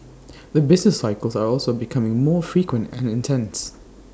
the business cycles are also becoming more frequent and intense